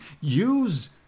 Use